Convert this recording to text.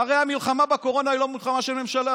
הרי המלחמה בקורונה היא לא מלחמה של ממשלה,